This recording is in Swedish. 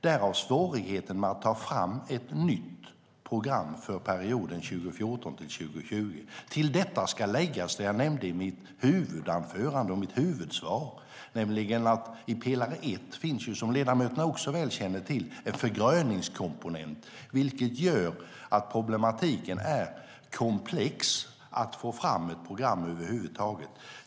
Därav svårigheten att ta fram ett nytt program för perioden 2014-2020. Till detta ska läggas det jag nämnde i mitt huvudanförande och mitt huvudsvar, nämligen att det i pelare ett, som ledamöterna också väl känner till, finns en förgröningskomponent. Detta gör att problematiken är komplex i fråga om att få fram ett program över huvud taget.